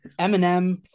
Eminem